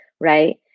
Right